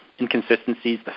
inconsistencies